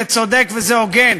זה צודק וזה הוגן,